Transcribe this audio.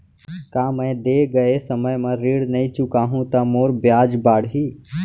का मैं दे गए समय म ऋण नई चुकाहूँ त मोर ब्याज बाड़ही?